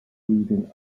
reading